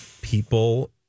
people